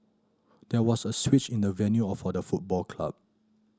there was a switch in the venue or for the football club